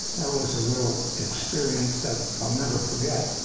that was a real experience that i'll never forget.